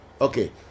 okay